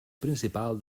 principal